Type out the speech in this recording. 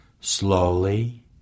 slowly